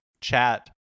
chat